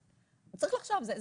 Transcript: צריך לחשוב על זה.